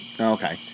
Okay